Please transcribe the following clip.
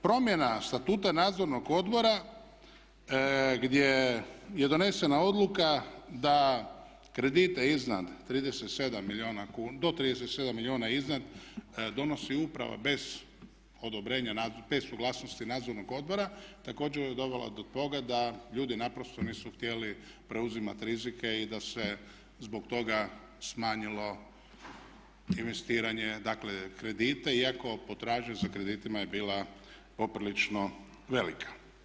Promjena Statuta Nadzornog odbora gdje je donesena odluka da kredite iznad 37 milijuna, do 37 milijuna iznad donosi uprava bez odobrenja, bez suglasnosti Nadzornog odbora također je dovela do toga da ljudi naprosto nisu htjeli preuzimati rizike i da se zbog toga smanjilo investiranje, dakle kredite iako potražnja za kreditima je bila poprilično velika.